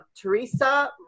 Teresa